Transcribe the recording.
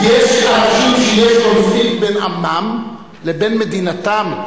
יש אנשים שיש קונפליקט בין עמם לבין מדינתם,